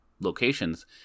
locations